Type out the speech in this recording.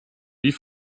wie